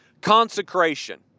Consecration